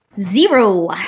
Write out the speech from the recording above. Zero